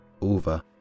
over